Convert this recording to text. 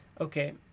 Okay